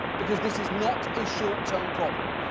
because this is not a short-term problem.